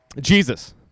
Jesus